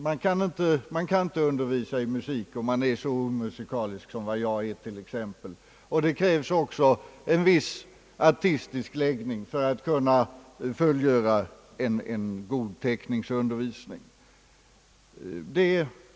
Man kan inte undervisa i musik, om man är så omusikalisk som t.ex. jag är, och det krävs också en viss artistisk läggning för att kunna meddela en god teckningsundervisning.